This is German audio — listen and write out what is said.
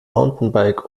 mountainbike